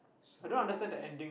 slow